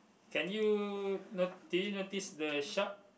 can you notice notice the shark